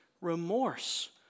remorse